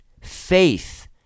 Faith